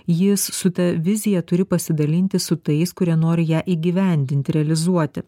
jis su ta vizija turi pasidalinti su tais kurie nori ją įgyvendinti realizuoti